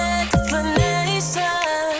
explanation